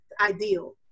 ideal